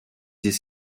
des